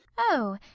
oh,